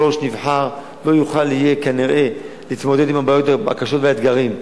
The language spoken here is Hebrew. כל ראש עיר נבחר כנראה לא יוכל להתמודד עם הבעיות הקשות והאתגרים.